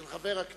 של חבר הכנסת